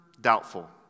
doubtful